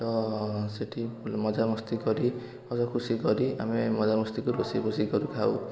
ତ ସେଠି ମଜାମସ୍ତି କରି ବହୁତ ଖୁସି କରି ଆମେ ମଜା ମସ୍ତିରେ ରୋଷେଇ ଫୋସେଇ କରି ଖାଉ